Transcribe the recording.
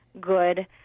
good